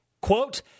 Quote